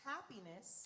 Happiness